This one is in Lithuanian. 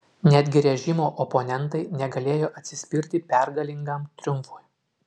netgi režimo oponentai negalėjo atsispirti pergalingam triumfui